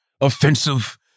offensive